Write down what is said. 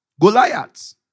Goliath